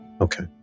Okay